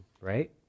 right